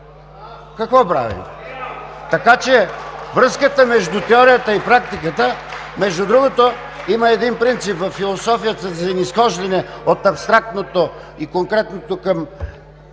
за България“.) Връзката между теорията и практиката… Между другото, има един принцип във философията за изхождане от абстрактното и конкретното към